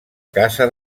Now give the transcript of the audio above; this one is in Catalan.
casa